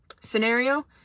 scenario